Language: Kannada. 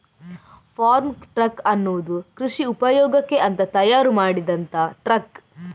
ಫಾರ್ಮ್ ಟ್ರಕ್ ಅನ್ನುದು ಕೃಷಿ ಉಪಯೋಗಕ್ಕೆ ಅಂತ ತಯಾರು ಮಾಡಿದಂತ ಟ್ರಕ್